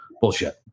Bullshit